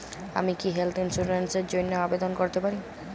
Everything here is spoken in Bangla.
আমি কি হেল্থ ইন্সুরেন্স র জন্য আবেদন করতে পারি?